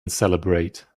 celebrate